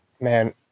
Man